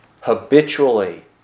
habitually